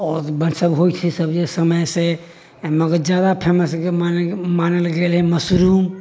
आओर सभ होइ छै सभ जे समय से मगर जादा फेमस मानल गेलै मशरूम